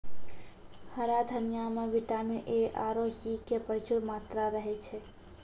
हरा धनिया मॅ विटामिन ए आरो सी के प्रचूर मात्रा रहै छै